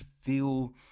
feel